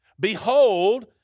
behold